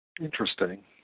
Interesting